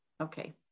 okay